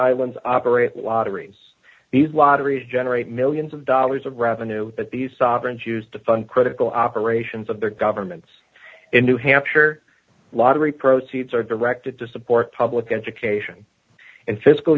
islands operate lotteries these lotteries generate millions of dollars of revenue but the sovereign choose to fund critical operations of their governments in new hampshire lottery proceeds are directed to support public education and